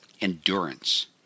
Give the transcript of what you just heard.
endurance